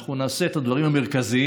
אנחנו נעשה את הדברים המרכזיים,